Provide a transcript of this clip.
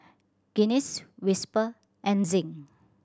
Guinness Whisper and Zinc